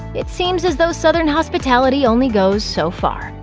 it seems as though southern hospitality only goes so far.